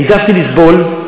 העדפתי לסבול.